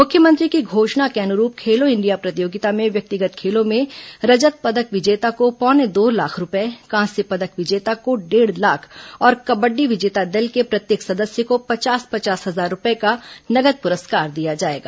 मुख्यमंत्री की घोषणा के अनुरूप खेलो इंडिया प्रतियोगिता में व्यक्तिगत खेलों में रजत पदक विजेता को पौने दो लाख रूपये कांस्य पदक विजेता को डेढ़ लाख और कबड्डी विजेता दल के प्रत्येक सदस्य को पचास पचास हजार रूपये का नगद पुरस्कार दिया जाएगा